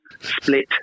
Split